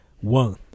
One